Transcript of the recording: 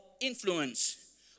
influence